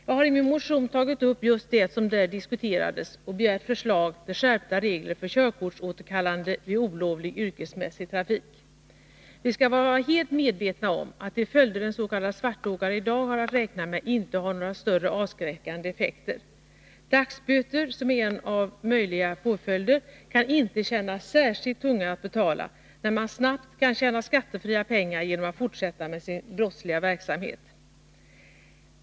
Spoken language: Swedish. Jag har i min motion tagit upp just det som där diskuterades och begärt förslag till skärpta regler för körkortsåterkallande vid olovlig yrkesmässig trafik. Vi skall vara helt medvetna om att de följder en s.k. svartåkare i dag har att räkna med inte har några större avskräckande effekter. Dagsböter, som är en av möjliga påföljder, kan inte kännas särskilt tunga att betala, när man snabbt kan tjäna skattefria pengar genom att fortsätta med sin brottsliga verksamhet.